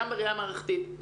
גם בראייה מערכתית,